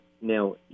Now